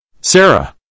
Sarah